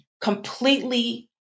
completely